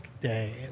Day